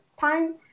time